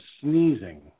sneezing